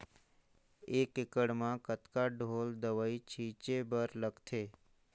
एक एकड़ म कतका ढोल दवई छीचे बर लगथे?